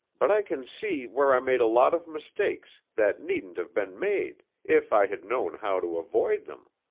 but i can see where i made a lot of mistakes that needn't have been made if i had known how to avoid them.